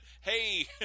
Hey